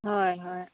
হয় হয়